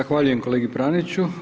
Zahvaljujem kolegi Praniću.